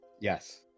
Yes